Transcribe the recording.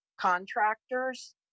contractors